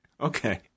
Okay